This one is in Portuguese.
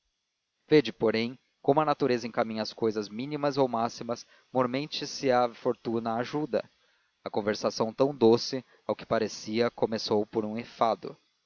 vede porém como a natureza encaminha as cousas mínimas ou máximas mormente se a fortuna a ajuda a conversação tão doce ao que parecia começou por um enfado